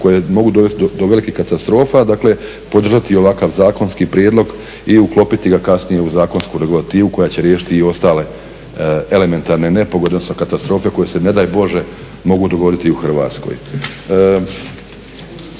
koji mogu dovesti do velikih katastrofa. Dakle podržati ovakav zakonski prijedlog i uklopiti ga kasnije u zakonsku regulativu koja će riješiti i ostale elementarne nepogode, odnosno katastrofe koje se ne daj Bože mogu dogoditi u Hrvatskoj.